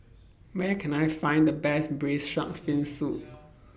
Where Can I Find The Best Braised Shark Fin Soup